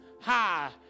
high